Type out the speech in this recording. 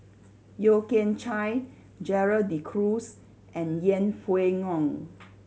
Yeo Kian Chye Gerald De Cruz and Yeng Pway Ngon